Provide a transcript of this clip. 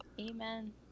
Amen